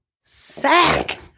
sack